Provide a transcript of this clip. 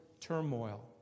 turmoil